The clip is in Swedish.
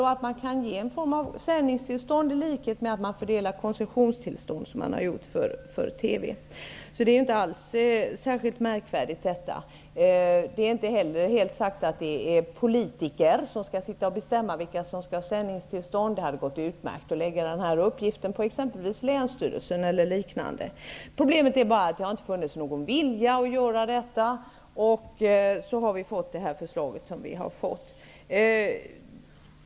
Man skulle kunna ge en form av sändningstillstånd i likhet med att man ger koncession, som man har gjort för TV. Detta är inte alls särskilt märkvärdigt. Det är inte heller sagt att det skall vara politiker som skall sitta och bestämma vilka som skall få sändningstillstånd. Det går utmärkt att lägga denna uppgift på exempelvis Problemet är bara att det inte har funnits någon vilja att göra detta. Vi har därför fått det förslag som vi har fått.